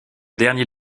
dernier